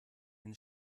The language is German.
den